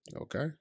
Okay